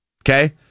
Okay